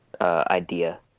idea